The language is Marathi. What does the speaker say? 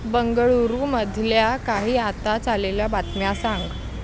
बंगळूरूमधल्या काही आताच आलेल्या बातम्या सांग